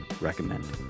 recommend